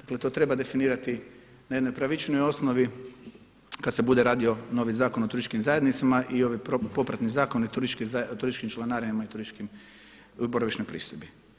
dakle to treba definirati na jednoj pravičnijoj osnovi kada se bude radio novi Zakon o turističkim zajednicama i ovi popratni zakoni o turističkim članarinama i o boravišnoj pristojbi.